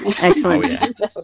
Excellent